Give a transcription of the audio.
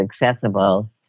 accessible